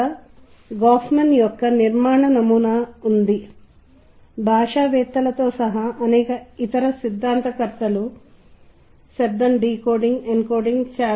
వాస్తవానికి నేను ప్రేక్షకులపై విభిన్న ప్రేక్షకుల సమూహాలపై ప్రేక్షకులపై చాలా పరీక్షించాను మరియు ఇవి అత్యంత ప్రజాదరణ పొందినవి ఇవి అత్యంత ప్రభావవంతమైనవి ఇవి విస్తృత శ్రేణి వ్యక్తులను మరియు వారి ఇష్టాలు మరియు అయిష్టాలను కలిపాయని నేను గుర్తించాను